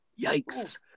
yikes